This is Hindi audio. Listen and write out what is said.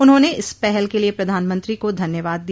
उन्होंने इस पहल के लिए प्रधानमंत्री को धन्यवाद दिया